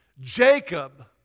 Jacob